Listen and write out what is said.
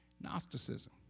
Gnosticism